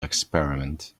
experiment